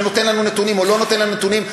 שנותן לנו נתונים או לא נותן לנו נתונים,